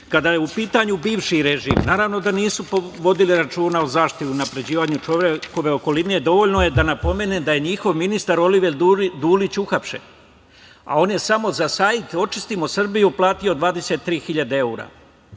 je u pitanju bivši režim, naravno da nisu vodili računa o zaštiti i unapređivanju čovekove okoline, dovoljno je da napomenem da je njihov ministar, Oliver Dulić uhapšen. On je samo za sajt „Očistimo Srbiju“ platio 23.000 evra.